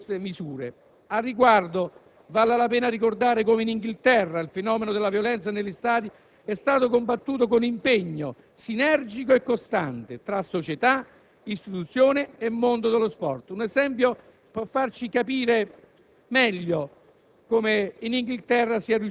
tra qualche anno, all'ammorbidimento di queste misure. Al riguardo vale la pena ricordare come in Inghilterra il fenomeno della violenza negli stadi è stato combattuto con impegno sinergico e costante, tra società, istituzioni e mondo dello sport. Un esempio può farci meglio